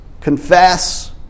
Confess